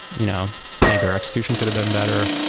you know maybe our execution could have been better.